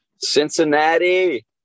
Cincinnati